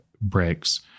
breaks